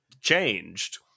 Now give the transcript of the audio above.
changed